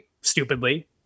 stupidly